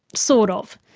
sort of.